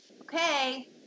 Okay